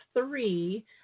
three